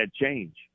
change